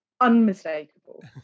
unmistakable